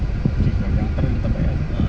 okay yang penting kita bayar lah